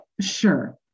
Sure